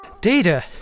Data